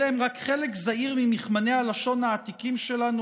אלה רק חלק זעיר ממכמני הלשון העתיקים שלנו